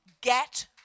get